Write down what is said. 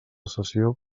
sessió